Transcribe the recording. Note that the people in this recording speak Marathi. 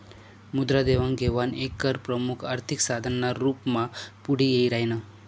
मुद्रा देवाण घेवाण कर एक प्रमुख आर्थिक साधन ना रूप मा पुढे यी राह्यनं